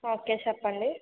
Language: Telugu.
ఓకే చెప్పండి